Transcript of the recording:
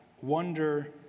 wonder